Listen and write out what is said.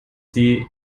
sie